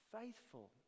faithful